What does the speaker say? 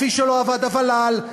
כפי שלא עבד הוול"ל,